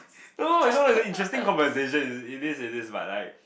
no it's not it just conversation it is it is by right